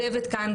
הצוות כאן,